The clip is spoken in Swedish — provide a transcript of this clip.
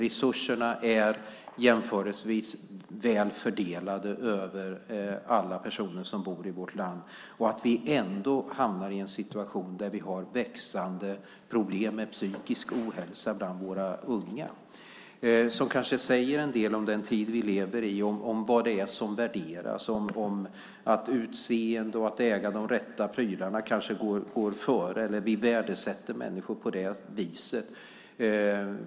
Resurserna är jämförelsevis väl fördelade över alla som bor i vårt land. Ändå hamnar vi i en situation med växande problem med psykisk ohälsa bland våra unga. Det säger kanske en del om den tid vi lever i och om vad det är som värderas. Utseende och att äga de rätta prylarna kanske går före och vi värdesätter människor efter det.